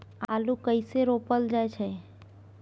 आलू कइसे रोपल जाय छै?